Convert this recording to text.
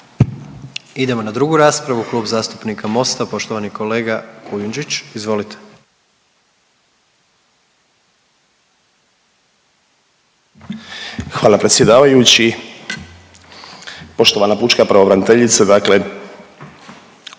Idemo na drugu raspravu Klub zastupnika MOST-a, poštovani kolega Kujundžić. Izvolite. **Kujundžić, Ante (MOST)** Hvala predsjedavajući. Poštovana pučka pravobraniteljice dakle